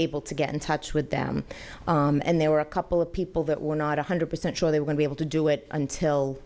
able to get in touch with them and there were a couple of people that were not one hundred percent sure they would be able to do it until